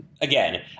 again